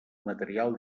material